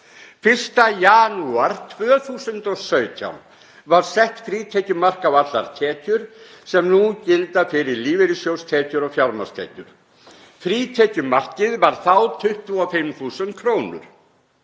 1. janúar 2017 var sett frítekjumark á allar tekjur sem nú gilda fyrir lífeyrissjóðstekjur og fjármagnstekjur. Frítekjumarkið var þá 25.000 kr.